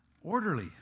orderly